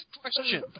question